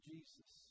Jesus